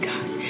God